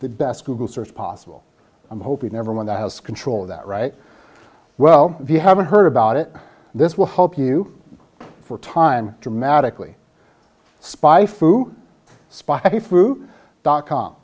the desk to go search possible i'm hoping everyone that has control of that right well if you haven't heard about it this will help you for time dramatically spy food spicy food dot com